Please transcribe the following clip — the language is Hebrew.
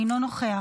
אינו נוכח.